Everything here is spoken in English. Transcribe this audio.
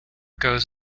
goes